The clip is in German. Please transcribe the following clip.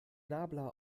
nabla